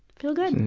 feel good. and